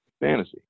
fantasy